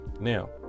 Now